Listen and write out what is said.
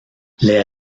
les